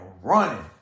running